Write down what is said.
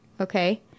okay